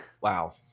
Wow